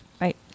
right